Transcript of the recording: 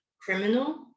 criminal